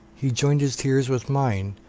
he joined his tears with mine,